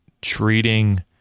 treating